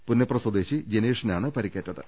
പുന്നപ്ര സ്വദേശി ജിനേഷിനാണ് പരിക്കേറ്റത്